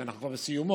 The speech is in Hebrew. שאנחנו כבר בסיומה,